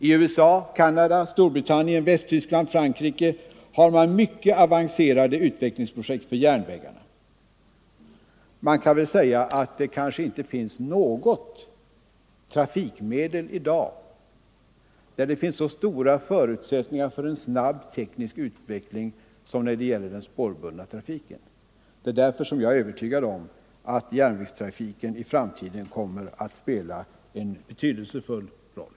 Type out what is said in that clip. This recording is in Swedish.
I USA, Canada, Storbritannien, Västtyskland och Frankrike har man mycket avancerade utvecklingsprojekt för järnvägarna. Vi kan väl säga att det i dag kanske inte finns något annat trafikmedel som har så stora förutsättningar för en snabb teknisk utveckling som den spårbundna trafiken. Det är därför som jag är övertygad om att järnvägstrafiken i framtiden kommer att spela en betydelsefull roll.